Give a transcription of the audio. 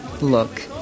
Look